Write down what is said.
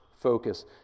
focus